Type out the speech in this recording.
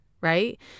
right